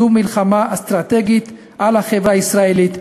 זו מלחמה אסטרטגית על החברה הישראלית,